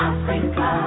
Africa